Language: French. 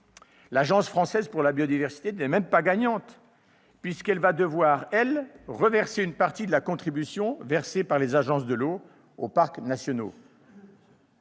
L'Agence française pour la biodiversité n'est même pas gagnante, puisqu'elle va devoir reverser une partie de la contribution acquittée par les agences de l'eau aux parcs nationaux.